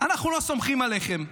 אנחנו לא סומכים עליכם.